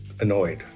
annoyed